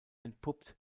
entpuppt